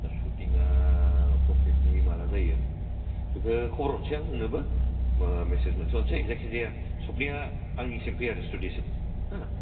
दा सुथिंआ कमप्लिटलि माला जायो बेखौ खबर हरनोसै आं नोंनोबो मा मेसेज मोनसे हरनोसै जायखिजाया सबनिया आंनिसिम फै आरो स्टुडिअसिम हो